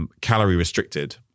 calorie-restricted